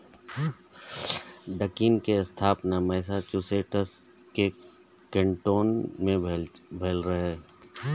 Dunkin के स्थापना Massachusetts के कैन्टोन मे भेल रहै